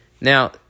Now